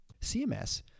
CMS